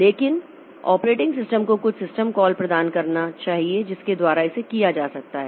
लेकिन operating system को कुछ सिस्टम कॉल प्रदान करना चाहिए जिसके द्वारा इसे किया जा सकता है